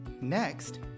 Next